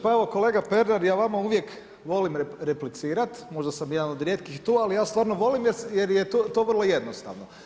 Pa evo kolega Pernar, ja vama uvijek volim replicirati, možda sam jedan od rijetkih tu ali ja stvarno volim jer je to vrlo jednostavno.